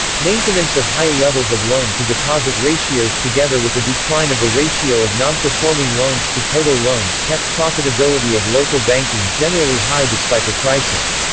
maintenance of high levels of loan to deposit ratios together with the decline of the ratio of nonperforming loans to total loans kept profitability of local banking generally high despite the crisis.